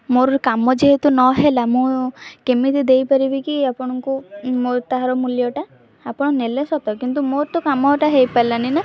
ମୋର କାମ ଯେହେତୁ ନ ହେଲା ମୁଁ କେମିତି ଦେଇ ପାରିବି କି ଆପଣଙ୍କୁ ମୋ ତାହାର ମୂଲ୍ୟଟା ଆପଣ ନେଲେ ସତ କିନ୍ତୁ ମୋର ତ କାମଟା ହୋଇପାରିଲାନି ନା